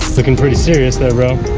looking pretty serious there, bro.